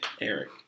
Eric